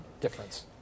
difference